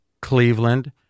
Cleveland